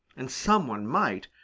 and some one might,